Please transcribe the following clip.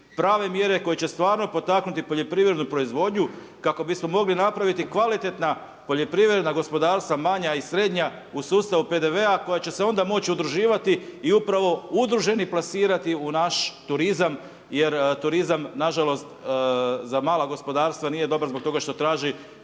prave mjere koje će stvarno potaknuti poljoprivrednu proizvodnju kako bismo mogli napraviti kvalitetna poljoprivredna gospodarstva manja i srednja u sustavu PDV-a koja će se onda moći udruživati i upravo udruženi plasirati u naš turizam jer turizam nažalost za mala gospodarstva nije dobar zbog toga što traži